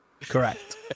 Correct